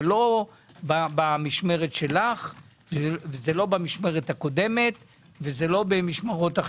לא במשמרת שלך ולא בזו קודמת ולא באחרות.